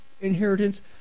inheritance